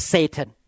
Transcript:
Satan